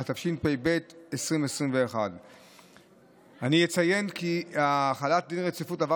התשפ"ב 2021. אני אציין כי החלת דין רציפות עבר